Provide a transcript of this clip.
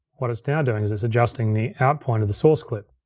what it's now doing is it's adjusting the out point of the source clip.